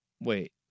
Wait